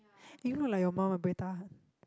you look like your mum I buay tahan